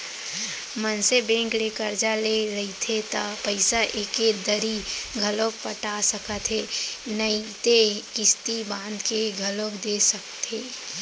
मनसे बेंक ले करजा ले रहिथे त पइसा एके दरी घलौ पटा सकत हे नइते किस्ती बांध के घलोक दे सकथे